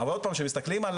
אבל עוד פעם, כאשר מסתכלים על